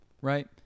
right